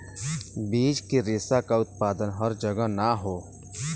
बीज के रेशा क उत्पादन हर जगह ना हौ